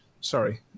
Sorry